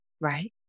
Right